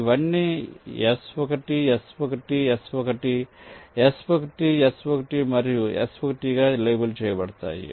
ఇవన్నీ S1 S1 S1 S1 S1 మరియు S1 గా లేబుల్ చేయబడతాయి